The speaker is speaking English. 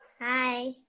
Hi